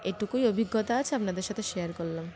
এটুকুই অভিজ্ঞতা আছে আপনাদের সাথে শেয়ার করলাম